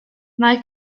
mae